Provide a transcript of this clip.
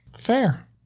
Fair